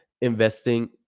Investing